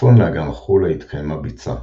מצפון לאגם החולה התקיימה ביצה,